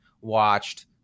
watched –